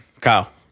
Kyle